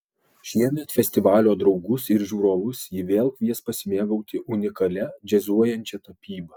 šiemet festivalio draugus ir žiūrovus ji vėl kvies pasimėgauti unikalia džiazuojančia tapyba